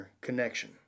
connection